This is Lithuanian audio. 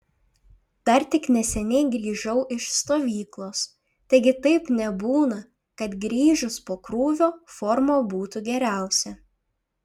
dar tik neseniai grįžau iš stovyklos taigi taip nebūna kad grįžus po krūvio forma būtų geriausia